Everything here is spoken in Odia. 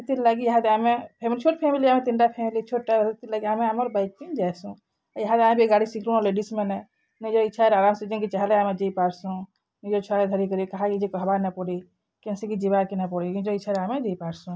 ସେଥିର୍ଲାଗି ଇହାଦେ ଆମେ ଛୋଟ୍ ଫ୍ୟାମିଲି ଆମେ ତିନ୍ଟା ଫ୍ୟାମିଲି ଛୋଟ୍ଟା ସେଥିର୍ଲାଗି ଆମେ ଆମର୍ ବାଇକ୍ତି ଯାଏସୁଁ ଏହାଦେ ଆମେ ବି ଗାଡ଼ି ଶିଖୁନୁ ଲେଡ଼ିସ୍ମାନେ ନିଜର୍ ଇଚ୍ଛାରେ ଆରାମ୍ସେ ଜେନ୍କେ ଚାହେଁଲେ ଆମେ ଯାଇପାର୍ସୁଁ ନିଜର୍ ଛୁଆକେ ଧରିକରି କାହାକେ କିଛି କହେବାକେ ନାଇଁ ପଡ଼େ କେନ୍ସିକି ଯିବାକେ ନାଇଁ ପଡ଼େ ନିଜର୍ ଇଚ୍ଛାରେ ଆମେ ଯାଇପାର୍ସୁଁ